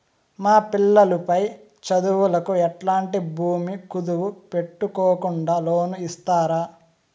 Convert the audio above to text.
మా పిల్లలు పై చదువులకు ఎట్లాంటి భూమి కుదువు పెట్టుకోకుండా లోను ఇస్తారా